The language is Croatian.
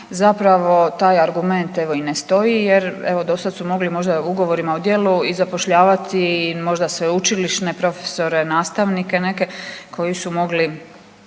zapravo taj argument evo i ne stoji jer evo do sad su mogli možda ugovorima o djelu i zapošljavati sveučilišne profesore, nastavnike neke koji su mogli,